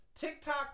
TikTok